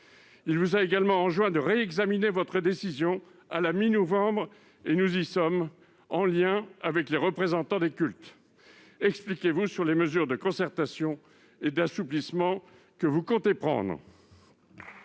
vous a également enjoint de réexaminer votre décision à la mi-novembre- nous y sommes -en lien avec les représentants des cultes. Expliquez-vous sur les mesures de concertation et d'assouplissement que vous comptez prendre